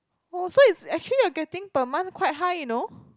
oh so is actually you're getting per month quite high you know